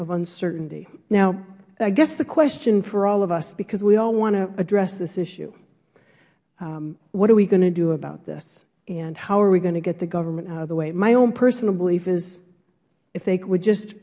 of uncertainty i guess the question for all of us because we all want to address this issue is what are we going to do about this how are we going to get the government out of the way my own personal belief is if they would just